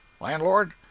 Landlord